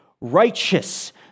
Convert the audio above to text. righteous